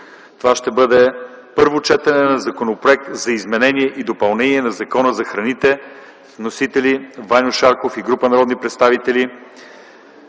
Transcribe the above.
арест. 11. Първо четене на законопроекти за изменение и допълнение на Закона за храните. Вносители са Ваньо Шарков и група народни представители;